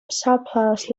surplus